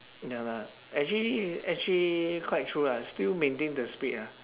ya lah actually actually quite true lah still maintain the speed ah